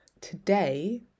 today